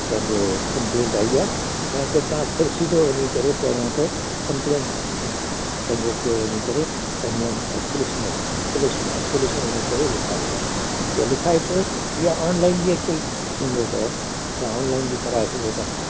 पंहिंजो कंप्लेंट आई आहे ऐं किथा थो वञे पहिरियों पहिरियों त कंप्लेंट पंहिंजो हुते वञी करे पंहिंजा पुलिस में पुलिस में वञी करे लिखाइ अचो हीअ लिखाइ अचो या ऑनलाइन बि थींदो अथव तव्हां ऑनलाइन बि कराइ सघो था